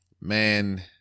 man